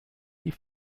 die